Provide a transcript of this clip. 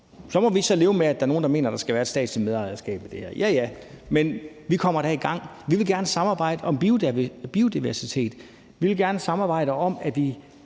Så må vi så leve med, at der er nogle, der mener, at der skal være et statsligt medejerskab i det her – ja ja – men vi kommer da i gang. Vi vil gerne samarbejde om biodiversitet; vi vil gerne samarbejde om, at vi